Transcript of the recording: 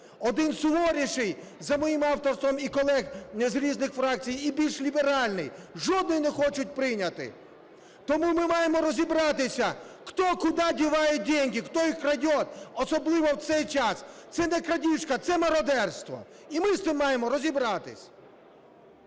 один суворіший за моїм авторством і колег з різних фракцій і більш ліберальний. Жодний не хочуть прийняти! Тому ми маємо розібратися, кто куда девает деньги, кто их крадет, особливо в цей час. Це не крадіжка, це мародерство. І ми з цим маємо розібратись!